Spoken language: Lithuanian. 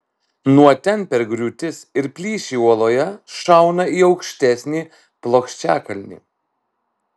nuo ten per griūtis ir plyšį uoloje šauna į aukštesnį plokščiakalnį